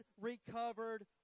recovered